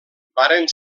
varen